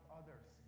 others